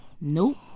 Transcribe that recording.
Nope